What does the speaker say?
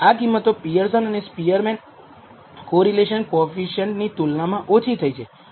આ કિંમતો પિઅરસન અને સ્પીઅરમેન કોરિલેશન કોએફિસિએંટ ની તુલનામાં ઓછી થઈ છે